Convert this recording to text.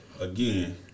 Again